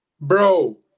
Bro